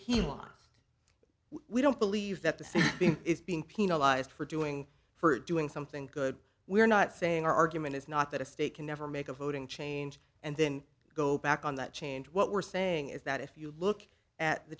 penalized we don't believe that the same thing is being penalized for doing for doing something good we're not saying our argument is not that a state can never make a voting change and then go back on that change what we're saying is that if you look at the